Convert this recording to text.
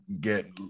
get